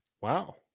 Wow